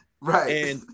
right